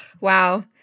wow